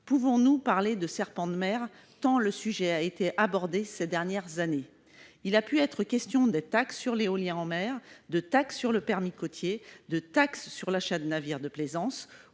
Pouvons-nous parler de serpent de mer, tant le sujet a été abordé ces dernières années ? Il a été question d'une taxe sur l'éolien en mer, sur le permis côtier, sur l'achat de navires de plaisance